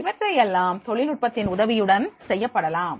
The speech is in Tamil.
இவையெல்லாம் தொழில்நுட்பத்தின் உதவியுடன் செய்யப்படலாம்